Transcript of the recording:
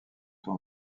son